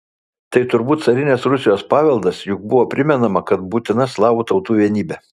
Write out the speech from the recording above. tai turbūt carinės rusijos paveldas juk buvo primenama kad būtina slavų tautų vienybė